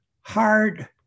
hard